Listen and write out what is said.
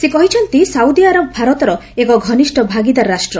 ସେ କହିଛନ୍ତି Saudi Arab ଭାରତର ଏକ ଘନିଷ୍ଠ ଭାଗିଦାର ରାଷ୍ଟ୍ର